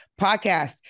podcast